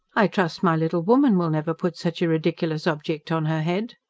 i trust my little woman will never put such a ridiculous object on her head!